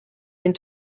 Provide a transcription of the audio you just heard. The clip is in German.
den